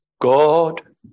God